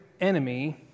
enemy